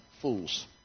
fools